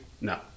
No